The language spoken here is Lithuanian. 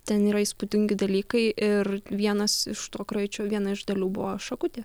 ten yra įspūdingi dalykai ir vienas iš to kraičio viena iš dalių buvo šakutė